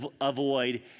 avoid